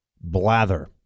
blather